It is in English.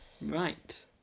Right